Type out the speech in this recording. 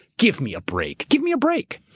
give me a break. give me a break.